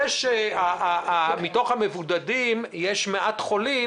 זה שמתוך המבודדים יש מעט חולים,